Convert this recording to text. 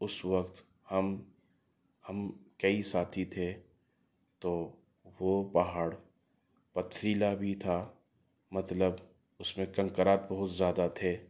اس وقت ہم ہم کئی ساتھی تھے تو وہ پہاڑ پتھریلا بھی تھا مطلب اس میں کنکراٹ بہت زیادہ تھے